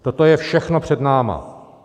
Toto je všechno před námi.